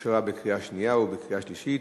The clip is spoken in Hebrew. אושרה בקריאה שנייה ובקריאה שלישית,